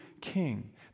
king